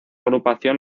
agrupación